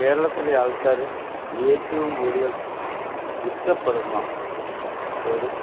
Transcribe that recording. കേരളത്തിലെ ആൾക്കാർ ഏറ്റവും കൂടുതൽ ഇഷ്ടപ്പെടുന്ന ഒരു